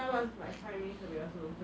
跟喝比较便宜的东西